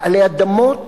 בעלי אדמות?